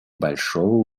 большого